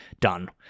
Done